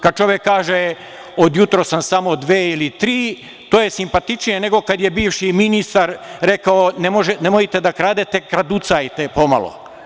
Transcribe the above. Kad čovek kaže – od jutros sam samo dve ili tri, to je simpatičnije nego kad je bivši ministar rekao – nemojte da kradete, kraduckajte pomalo.